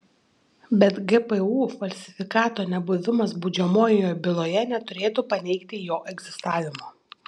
bet gpu falsifikato nebuvimas baudžiamojoje byloje neturėtų paneigti jo egzistavimo